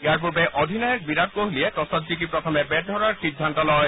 ইয়াৰ পূৰ্বে অধিনায়ক বিৰাট কোহলীয়ে টছত জিকি প্ৰথমে বেট ধৰাৰ সিদ্ধান্ত লয়